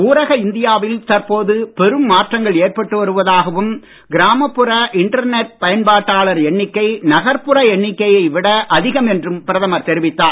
ஊரக இந்தியாவில் தற்போது பெரும் மாற்றங்கள் ஏற்பட்டு வருவதாகவும் கிராமப்புற இன்டர்நெட் பயன்பாட்டாளர் எண்ணிக்கை நகர்புற எண்ணிக்கையை விட அதிகம் என்றும் பிரதமர் தெரிவித்தார்